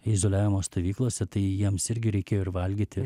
izoliavimo stovyklose tai jiems irgi reikėjo ir valgyti